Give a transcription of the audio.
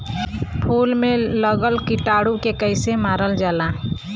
फूल में लगल कीटाणु के कैसे मारल जाला?